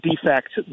defects